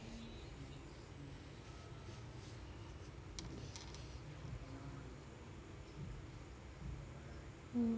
mm